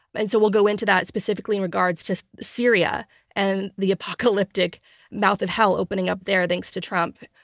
and so we'll go into that specifically in regards to syria and the apocalyptic mouth of hell opening up there, thanks to trump.